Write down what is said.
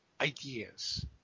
ideas